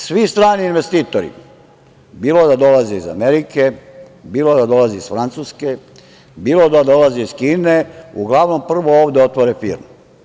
Svi strani investitori, bilo da dolaze iz Amerike, bilo da dolaze iz Francuske, bilo da dolaze iz Kine, uglavnom prvo ovde otvore firmu.